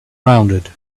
rounded